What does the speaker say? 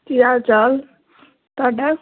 ਕੀ ਹਾਲ ਚਾਲ ਤੁਹਾਡਾ